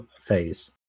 phase